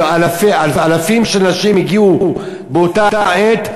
ואלפים של נשים הגיעו באותה עת,